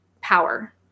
power